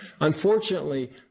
Unfortunately